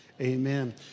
amen